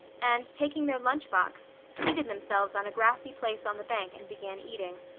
and taking their lunch box, seated themselves on a grassy place on the bank and began eating.